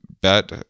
bet